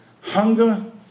Hunger